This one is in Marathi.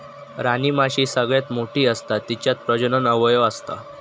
राणीमाशी सगळ्यात मोठी असता तिच्यात प्रजनन अवयव असता